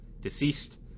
deceased